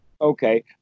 Okay